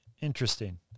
Interesting